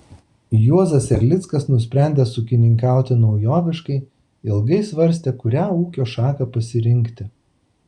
juozas erlickas nusprendęs ūkininkauti naujoviškai ilgai svarstė kurią ūkio šaką pasirinkti